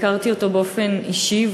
הכרתי אותו באופן אישי,